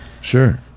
Sure